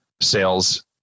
sales